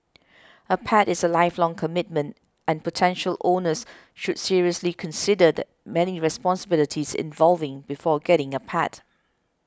a pet is a lifelong commitment and potential owners should seriously consider the many responsibilities involved before getting a pet